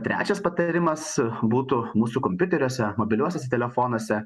trečias patarimas būtų mūsų kompiuteriuose mobiliuosiuose telefonuose